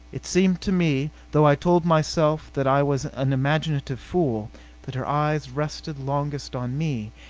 it seemed to me though i told myself that i was an imaginative fool that her eyes rested longest on me,